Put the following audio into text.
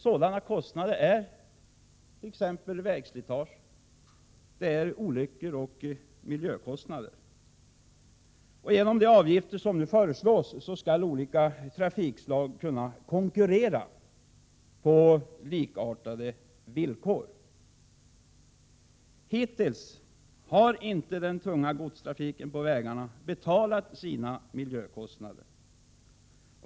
Sådana kostnader är t.ex. vägslitage, olyckor och miljökostnader. Genom de avgifter som nu föreslås skall olika trafikslag kunna konkurrera på likartade villkor. Hittills har inte den tunga godstrafiken på vägarna betalat sina miljökost nader.